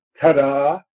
ta-da